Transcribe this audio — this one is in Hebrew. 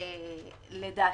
לדעתי,